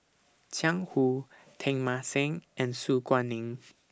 Jiang Hu Teng Mah Seng and Su Guaning